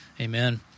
Amen